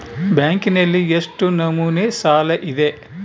ಬ್ಯಾಂಕಿನಲ್ಲಿ ಎಷ್ಟು ನಮೂನೆ ಸಾಲ ಇದೆ?